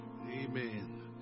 Amen